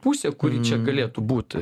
pusė kuri čia galėtų būt